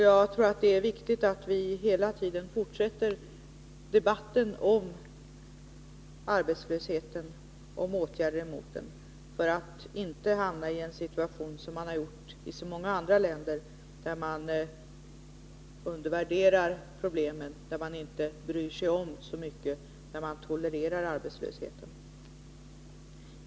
Jag tror att det är viktigt att vi hela tiden fortsätter debatten om arbetslösheten och om åtgärder emot den för att inte hamna i samma situation som den man har råkat i i så många andra länder, där man undervärderar problemen, där man inte bryr sig så mycket om utan tolererar arbetslösheten.